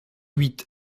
huit